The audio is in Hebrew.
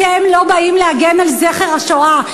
אתם לא באים להגן על זכר השואה.